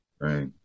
Right